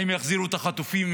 האם יחזירו את החטופים,